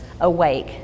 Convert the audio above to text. awake